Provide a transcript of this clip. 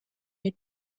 you